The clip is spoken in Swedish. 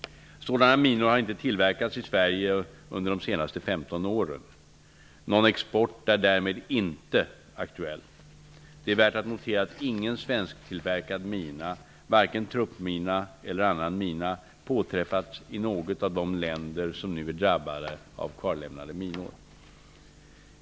Sådana minor har inte tillverkats i Sverige under de senaste 15 åren. Någon export är därmed inte aktuell. Det är värt att notera att ingen svensktillverkad mina, varken truppmina eller annan mina, påträffats i något av de länder som nu är drabbade av kvarlämnade minor.